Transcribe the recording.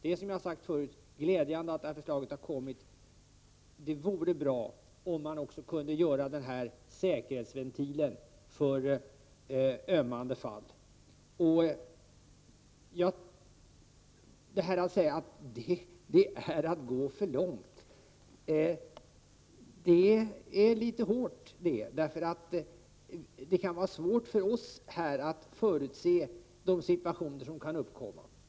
Det är, som jag förut sagt, glädjande att detta förslag har kommit. Det vore bra om man också kunde ordna denna säkerhetsventil för ömmande fall. Att säga att detta är att gå för långt är litet hårt. Det kan vara svårt för oss att förutse de situationer som kan uppkomma.